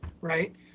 right